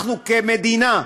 אנחנו, כמדינה,